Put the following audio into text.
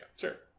Sure